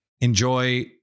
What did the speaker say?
Enjoy